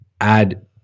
add